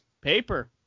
paper